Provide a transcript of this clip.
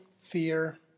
fear